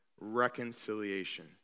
reconciliation